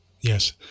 Yes